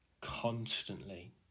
constantly